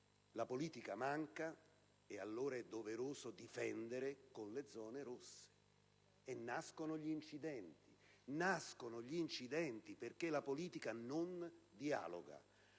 la politica manca, e allora è doveroso difendere con le zone rosse e nascono gli incidenti. Nascono gli incidenti perché la politica non dialoga.